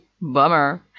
bummer